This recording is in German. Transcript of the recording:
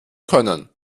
können